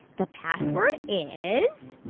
the password is